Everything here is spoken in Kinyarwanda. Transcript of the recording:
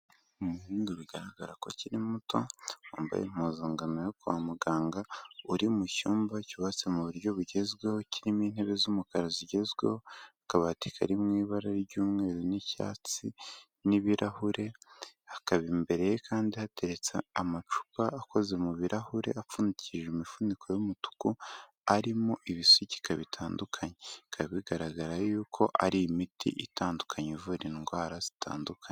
Umuhungu bigaragara ko akiri muto, wambaye impuzangano yo kwa muganga, uri mu cyumba cyubatse mu buryo bugezweho, kirimo intebe z'umukara zigezweho, akabati kari mu ibara ry'umweru n'icyatsi, n'ibirahure hakaba imbereye kandi hateretse amacupa akoze mu birarahure, apfundikishije imifuniko y'umutuku, arimo ibisukika bitandukanye. Bikaba bigaragara yuko ari imiti itandukanye ivura indwara zitandukanye.